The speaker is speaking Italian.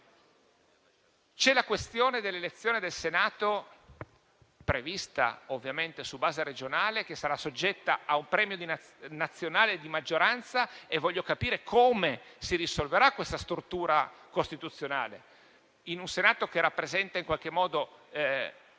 poi la questione dell'elezione del Senato, prevista ovviamente su base regionale, che sarà soggetta a un premio nazionale di maggioranza. Voglio capire come si risolverà questa stortura costituzionale in un Senato che, in qualche modo, garantisce